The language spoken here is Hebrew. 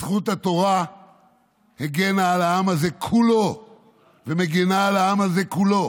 זכות התורה הגנה על העם הזה כולו ומגינה על העם הזה כולו,